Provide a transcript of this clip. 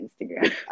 Instagram